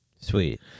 Sweet